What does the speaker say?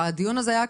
הדיון הזה היה קבוע.